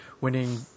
winning